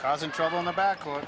causing trouble in the back o